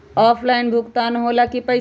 Offline भुगतान हो ला कि पईसा?